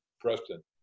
Preston